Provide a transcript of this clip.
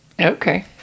Okay